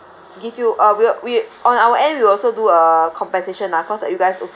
give you uh we'll we on our end we will also do a compensation lah because like you guys also like